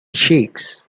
cheeks